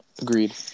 agreed